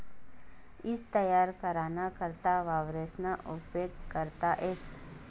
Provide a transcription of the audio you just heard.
ईज तयार कराना करता वावरेसना उपेग करता येस